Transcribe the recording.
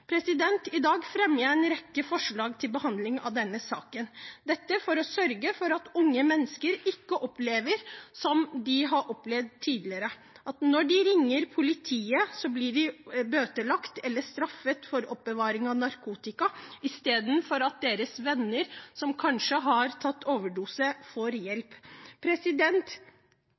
I dag fremmer vi en rekke forslag til behandlingen av denne saken. Dette er for å sørge for at unge mennesker ikke opplever, som de har opplevd tidligere, at når de ringer politiet, blir de bøtelagt eller straffet for oppbevaring av narkotika i stedet for at deres venner, som kanskje har tatt overdose, får hjelp.